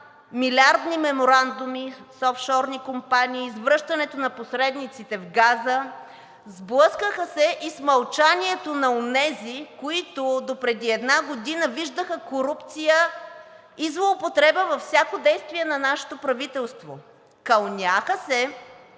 милиардни меморандуми с офшорни компании, с връщането на посредниците в газа. Сблъскаха се и с мълчанието на онези, които допреди една година виждаха корупция и злоупотреба във всяко действие на нашето правителство. Кълняха се,